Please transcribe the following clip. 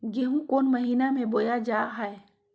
गेहूँ कौन महीना में बोया जा हाय?